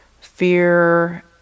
fear